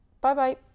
Bye-bye